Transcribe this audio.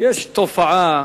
יש תופעה